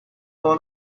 all